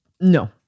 No